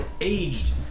aged